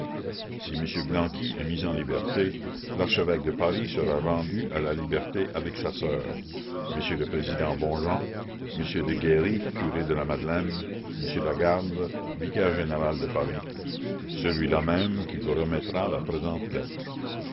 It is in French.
m blanqui est mis en liberté l'archevêque de paris sera rendu à la liberté avec sa sœur m le président bonjan m deguerry curé de la madeleine m lagarde vicaire général de paris celui-là même qui vous remettra la présente lettre